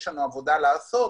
יש עבודה לעשות,